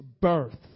birth